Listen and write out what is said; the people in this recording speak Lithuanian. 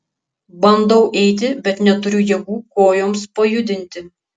bandau eiti bet neturiu jėgų kojoms pajudinti